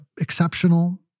exceptional